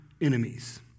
enemies